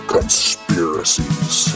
Conspiracies